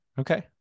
Okay